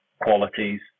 qualities